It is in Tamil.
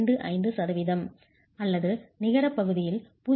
25 சதவீதம் அல்லது நிகரப் பகுதியில் 0